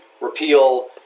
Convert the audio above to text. Repeal